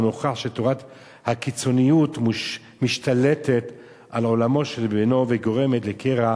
הוא נוכח שתורת הקיצוניות משתלטת על עולמו של בנו וגורמת לקרע